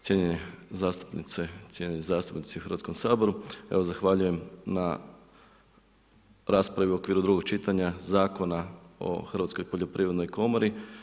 Cijenjene zastupnice, cijenjeni zastupnici u Hrvatskom saboru, evo zahvaljujem na raspravi u okviru drugog čitanja Zakona o Hrvatskoj poljoprivrednoj komori.